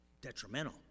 detrimental